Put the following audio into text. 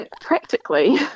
practically